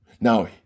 Now